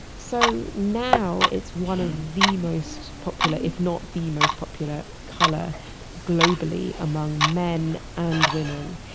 so now, it's one of the most popular, if not the most popular color globally among men and women.